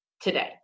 today